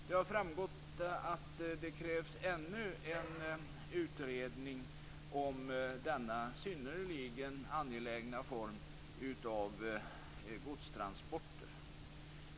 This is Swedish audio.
Det har framgått att det krävs ännu en utredning av denna synnerligen angelägna form av godstransporter.